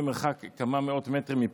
במרחק כמה מאות מטרים,